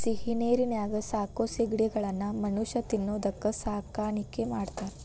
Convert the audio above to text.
ಸಿಹಿನೇರಿನ್ಯಾಗ ಸಾಕೋ ಸಿಗಡಿಗಳನ್ನ ಮನುಷ್ಯ ತಿನ್ನೋದಕ್ಕ ಸಾಕಾಣಿಕೆ ಮಾಡ್ತಾರಾ